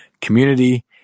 community